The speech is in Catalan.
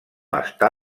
està